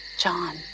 John